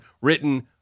written